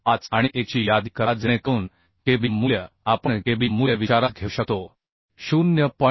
975 आणि 1 ची यादी करा जेणेकरून kb मूल्य आपण kb मूल्य विचारात घेऊ शकतो 0